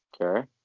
Okay